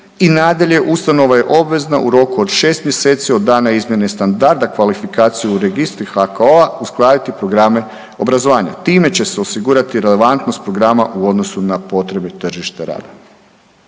I nadalje ustanova je obvezna u roku od 6 mjeseci od dana izmjene standarda kvalifikacija u registru HKO-a uskladiti programe obrazovanja, time će se osigurati relevantnost programa u odnosu na potrebu tržišta rada.